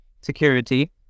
security